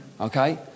Okay